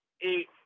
eight